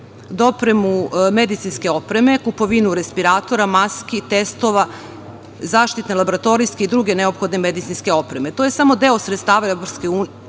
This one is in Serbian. dopremu medicinske opreme, kupovinu respiratora, maski, testova, zaštitne, laboratorijske i druge neophodne medicinske opreme. To je samo deo sredstava koje